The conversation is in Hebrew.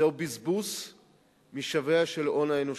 זהו בזבוז משווע של הון אנושי.